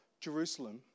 Jerusalem